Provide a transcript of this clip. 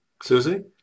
Susie